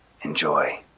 Enjoy